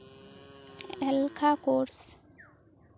ᱮᱞᱠᱷᱟ ᱠᱳᱨᱥ